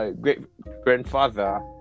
great-grandfather